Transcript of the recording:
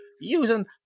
using